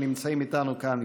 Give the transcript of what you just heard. שנמצאים איתנו כאן,